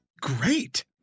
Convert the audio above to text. great